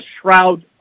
shroud